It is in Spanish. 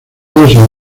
vendidos